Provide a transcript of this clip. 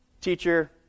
teacher